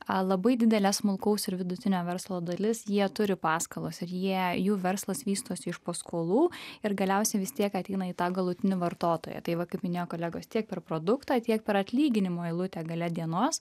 labai didelė smulkaus ir vidutinio verslo dalis jie turi paskolas ir jie jų verslas vystosi iš paskolų ir galiausiai vis tiek ateina į tą galutinį vartotoją tai va kaip minėjo kolegos tiek per produktą tiek per atlyginimo eilutę gale dienos